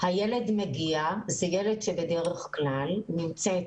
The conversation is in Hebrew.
הילד מגיע, זה ילד שמגיע ובדרך כלל נמצאת